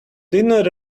dinner